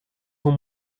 voor